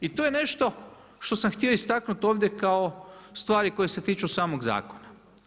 I to je nešto što sam htio istaknuti ovdje kao stvari koje se tiču samog zakona.